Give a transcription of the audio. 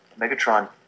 Megatron